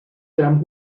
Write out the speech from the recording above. gram